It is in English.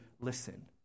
listen